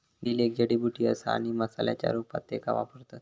dill एक जडीबुटी असा आणि मसाल्याच्या रूपात त्येका वापरतत